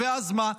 ואז מה?